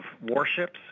warships